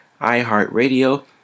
iHeartRadio